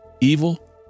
evil